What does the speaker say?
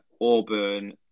Auburn